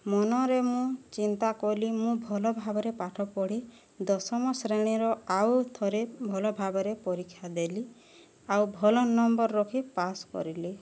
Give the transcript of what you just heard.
ମନରେ ମୁଁ ଚିନ୍ତାକଲି ମୁଁ ଭଲ ଭାବରେ ପାଠ ପଢ଼ି ଦଶମ ଶ୍ରେଣୀର ଆଉ ଥରେ ଭଲ ଭାବରେ ପରୀକ୍ଷା ଦେଲି ଆଉ ଭଲ ନମ୍ବର ରଖି ପାସ୍ କରିଲି